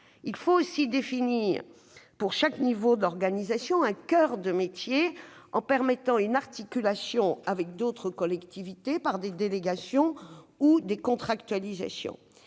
Il faut aussi définir, pour chaque niveau d'organisation, un coeur de métier, en permettant une articulation avec d'autres collectivités territoriales par des délégations ou des contractualisations.